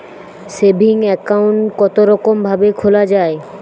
Saving account কতরকম ভাবে খোলা য়ায়?